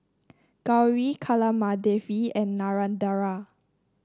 Gauri Kamaladevi and Narendra